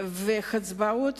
ובהצבעות